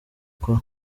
kwa